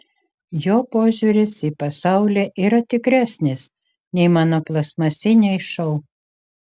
jo požiūris į pasaulį yra tikresnis nei mano plastmasiniai šou